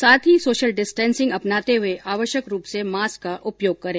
साथ ही social distancing अपनाते हुए आवश्यक रूप से मास्क का उपयोग करें